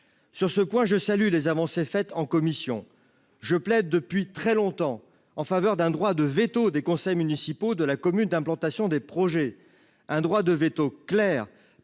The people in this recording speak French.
sur ce point, je salue les avancées faites en commission, je plaide depuis très longtemps en faveur d'un droit de véto des conseils municipaux de la commune d'implantation des projets, un droit de véto, clair,